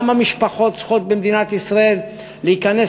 גם המשפחות במדינת ישראל צריכות להיכנס